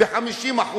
ב-50%,